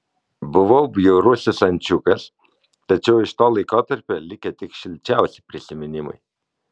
buvau bjaurusis ančiukas tačiau iš to laikotarpio likę tik šilčiausi prisiminimai